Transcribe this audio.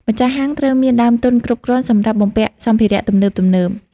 ម្ចាស់ហាងត្រូវមានដើមទុនគ្រប់គ្រាន់សម្រាប់បំពាក់សម្ភារៈទំនើបៗ។